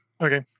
okay